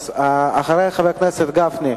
אז אחרי חבר הכנסת גפני,